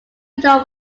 known